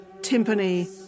timpani